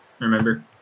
remember